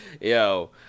Yo